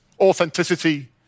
authenticity